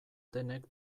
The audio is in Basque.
denek